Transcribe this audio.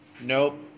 Nope